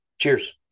Cheers